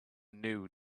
new